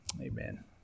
Amen